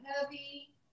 heavy